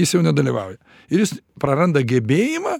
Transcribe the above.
jis jau nedalyvauja ir jis praranda gebėjimą